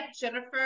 Jennifer